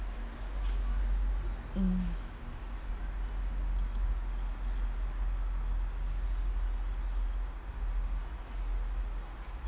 mm